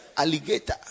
Alligator